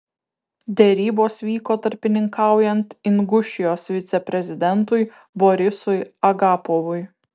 derybos vyko tarpininkaujant ingušijos viceprezidentui borisui agapovui